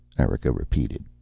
erika repeated.